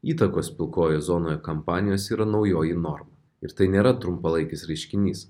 įtakos pilkoje zonoje kampanijos yra naujoji norma ir tai nėra trumpalaikis reiškinys